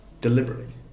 deliberately